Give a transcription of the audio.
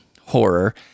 horror